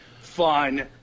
fun